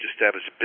established